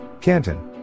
Canton